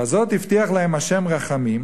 לזאת הבטיח להם ה' רחמים,